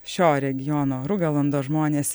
šio regiono rugalando žmonės